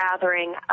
gathering